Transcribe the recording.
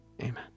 Amen